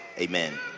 amen